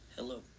Hello